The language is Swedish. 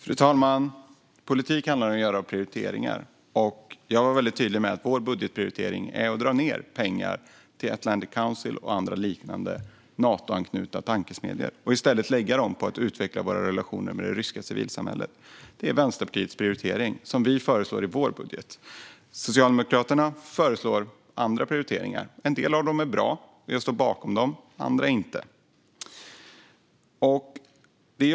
Fru talman! Politik handlar om att göra prioriteringar. Jag var tydlig med att vår budgetprioritering är att dra ned på pengarna till Atlantic Council och andra liknande Natoanknutna tankesmedjor och i stället lägga dem på att utveckla våra relationer med det ryska civilsamhället. Det är Vänsterpartiets prioritering, som vi föreslår i vår budget. Socialdemokraterna föreslår andra prioriteringar. En del av dem är bra, och jag står bakom dem. Andra är inte bra. Fru talman!